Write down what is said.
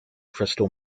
crystal